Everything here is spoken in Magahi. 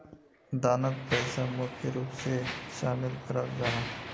दानोत पैसा मुख्य रूप से शामिल कराल जाहा